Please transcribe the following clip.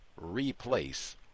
replace